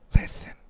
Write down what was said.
Listen